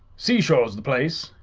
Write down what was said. seashore's the place,